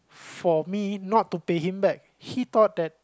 for me not to pay him back he thought that